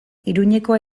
iruñekoa